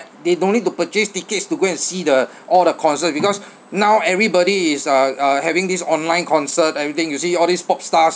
they don't need to purchase tickets to go and see the all the concert because now everybody is uh uh having this online concert everything you see all these pop stars